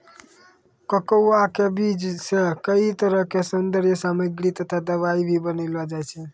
cocoa के बीज सॅ कई तरह के सौन्दर्य सामग्री तथा दवाई भी बनैलो जाय छै